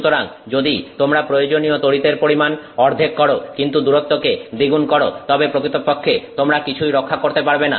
সুতরাং যদি তোমরা প্রয়োজনীয় তড়িৎ এর পরিমাণ অর্ধেক করো কিন্তু দূরত্বকে দ্বিগুণ করো তবে প্রকৃতপক্ষে তোমরা কিছুই রক্ষা করতে পারবে না